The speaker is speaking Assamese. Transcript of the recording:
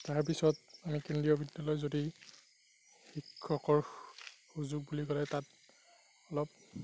তাৰপিছত আমি কেন্দ্ৰীয় বিদ্যালয়ৰ যদি শিক্ষকৰ সুযোগ বুলি ক'লে তাত অলপ